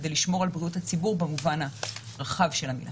כדי לשמור על בריאות הציבור במובן הרחב של המילה.